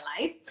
life